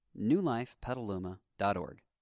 newlifepetaluma.org